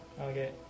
Okay